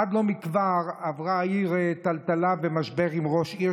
עד לא מכבר עברה העיר טלטלה ומשבר עם ראש עיר